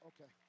okay